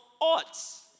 odds